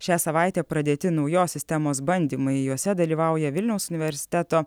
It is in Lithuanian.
šią savaitę pradėti naujos sistemos bandymai juose dalyvauja vilniaus universiteto